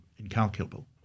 incalculable